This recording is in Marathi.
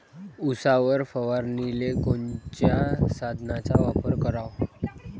उसावर फवारनीले कोनच्या साधनाचा वापर कराव?